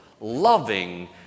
loving